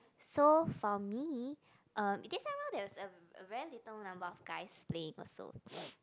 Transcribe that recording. so for me uh this time round there's a a very little number of guys playing also